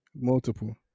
Multiple